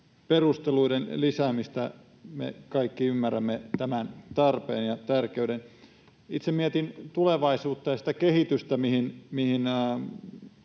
perusteluita lisää. Me kaikki ymmärrämme tämän tarpeen ja tär-keyden. Itse mietin tulevaisuutta ja sitä kehitystä, mihin